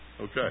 Okay